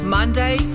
Monday